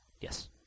Yes